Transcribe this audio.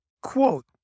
quote